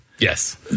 Yes